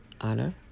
honor